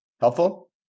Helpful